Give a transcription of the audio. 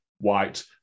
white